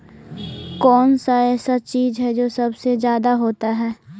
कौन सा ऐसा चीज है जो सबसे ज्यादा होता है?